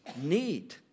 need